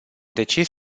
decis